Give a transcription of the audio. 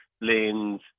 lanes